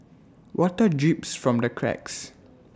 water drips from the cracks